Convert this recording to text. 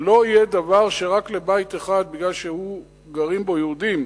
לא יהיה דבר כזה שרק לבית אחד, כי גרים בו יהודים,